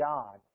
God